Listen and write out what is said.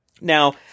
Now